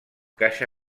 caixa